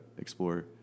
explore